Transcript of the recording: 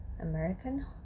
American